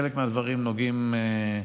חלק מהדברים נוגעים,